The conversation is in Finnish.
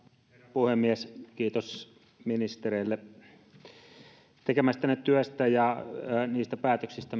puhemies kiitos ministereille tekemästänne työstä ja niistä päätöksistä